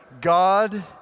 God